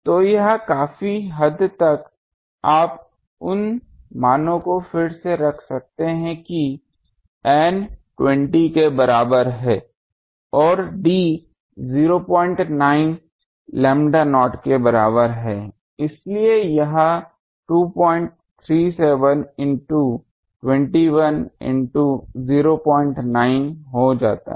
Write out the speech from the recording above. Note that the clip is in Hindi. तो यह काफी हद तक आप उन मानों को फिर से रख सकते हैं कि N 20 के बराबर है और d 09 लैम्ब्डा नॉट के बराबर है इसलिए यह 237 इनटू 21 इनटू 09 हो जाता है